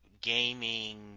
gaming